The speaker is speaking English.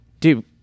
Dude